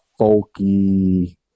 folky